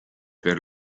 per